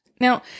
Now